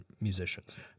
musicians